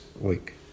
week